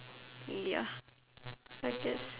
ya I guess